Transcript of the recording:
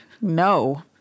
No